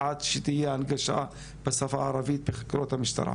עד שתהיה הנגשה בשפה הערבית בחקירות המשטרה.